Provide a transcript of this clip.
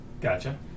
gotcha